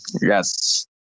Yes